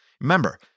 Remember